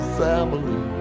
family